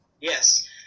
Yes